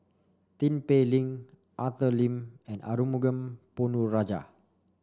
Tin Pei Ling Arthur Lim and Arumugam Ponnu Rajah